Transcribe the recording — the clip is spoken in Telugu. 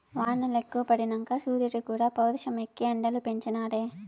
వానలెక్కువ పడినంక సూరీడుక్కూడా పౌరుషమెక్కి ఎండలు పెంచి నాడే